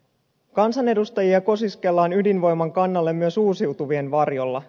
kansanedustajia kosiskellaan ydinvoiman kannalle myös uusiutuvien varjolla